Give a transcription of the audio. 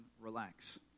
relax